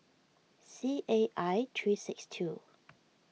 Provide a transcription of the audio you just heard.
C A I three six two